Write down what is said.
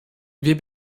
wir